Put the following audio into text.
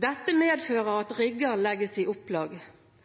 Dette medfører at rigger legges i opplag.